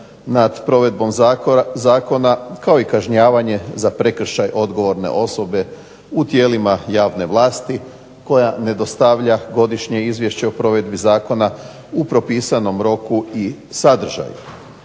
nad provedbom zakona, kao i kažnjavanje za prekršaj odgovorne osobe u tijelima javnih vlasti koja ne dostavlja godišnje izvješće o provedbi zakona u propisanom roku i sadržaju.